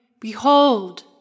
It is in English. Behold